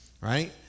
right